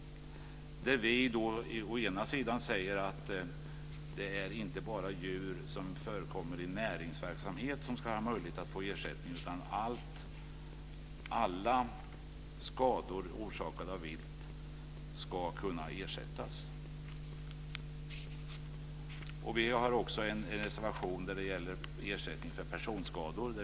Vi säger att det inte bara är djur som förekommer i näringsverksamhet som det ska vara möjligt att få ersättning för, utan alla skador orsakade av vilt ska kunna ersättas. Vi har en reservation om ersättning för personskador.